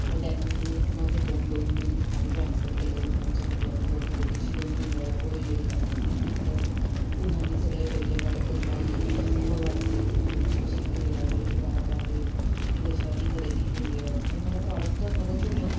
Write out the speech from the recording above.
मग त्यांनी माझे फोन दोन तीन ठिकाणी ट्रान्स्फर केले मी त्यांच्या कुठल्यातरी ऑथोरिटीशी दोन तीन वेळेला बोलले त्यांना सांगितलं पुन्हा मी सगळे पहिले पाढे पंचावन्न त्यांच्यासमोर वाचले की मी तुमची कशी रिलायबल ग्राहक आहे मी कशी आधी खरेदी केली आहे आणि मला प्रॉडक्ट तर हवंच होतं ना